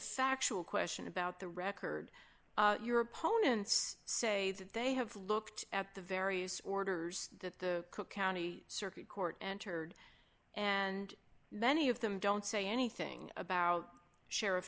factual question about the record your opponents say that they have looked at the various orders that the cook county circuit court entered and many of them don't say anything about sheriff